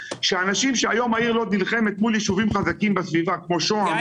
שאנשים שהיום העיר לוד נלחמת מול יישובים חזקים בסביבה כמו שוהם,